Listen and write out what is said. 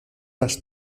las